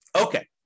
Okay